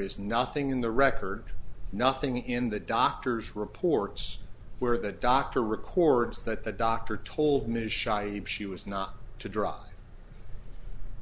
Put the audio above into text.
is nothing in the record nothing in the doctor's reports where the doctor records that the doctor told ms shy she was not to drive